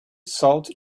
salt